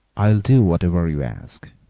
i'll do whatever you ask.